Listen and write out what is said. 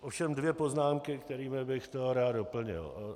Ovšem dvě poznámky, kterými bych to rád doplnil.